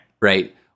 right